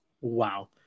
Wow